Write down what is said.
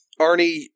Arnie